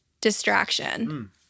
distraction